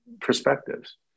perspectives